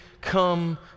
come